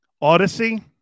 Odyssey